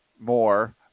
more